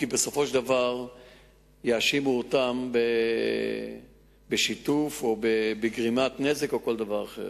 כי בסופו של דבר יאשימו אותם בשיתוף או בגרימת נזק או בכל דבר אחר.